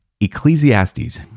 Ecclesiastes